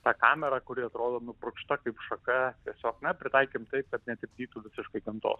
tą kamerą kuri atrodo nupurkšta kaip šaka tiesiog pritaikėm taip kad netrukdytų visiškai gamtos